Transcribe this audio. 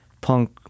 punk